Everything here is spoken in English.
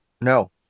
No